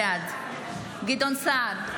בעד גדעון סער,